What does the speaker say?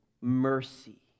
mercy